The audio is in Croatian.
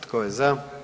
Tko je za?